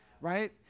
Right